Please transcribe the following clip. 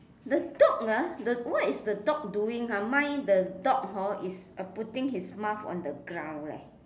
the dog ah the what is the dog doing ah mine the dog hor is putting his mouth on the ground leh